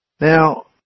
Now